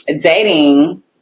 dating